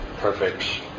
perfect